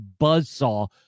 buzzsaw